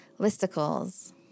listicles